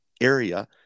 area